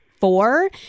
four